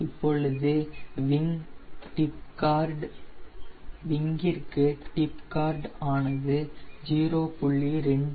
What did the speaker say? இப்பொழுது விங்கிற்கு tip chord ஆனது 0